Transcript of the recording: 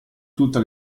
tutte